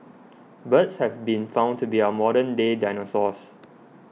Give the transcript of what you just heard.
birds have been found to be our modern day dinosaurs